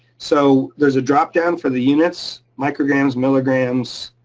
so there's a drop down for the units, micrograms, milligrams,